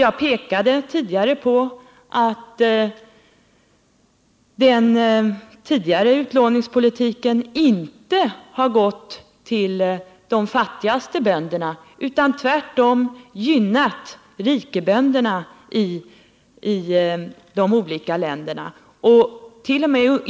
Jag pekade i mitt förra anförande på att tidigare utlåning inte har gått till de fattigaste bönderna utan tvärtom gynnat rikebönderna i de olika länderna. Den hart.o.m.